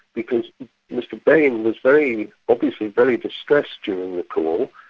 because mr bain was very, obviously very distressed during the call.